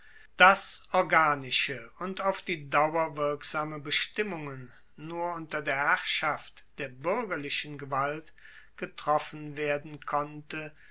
dass organische und auf die dauer wirksame bestimmungen nur unter der herrschaft der buergerlichen gewalt getroffen werden konnte